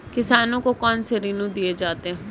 किसानों को कौन से ऋण दिए जाते हैं?